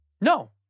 No